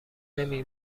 نمی